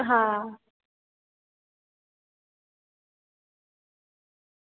હા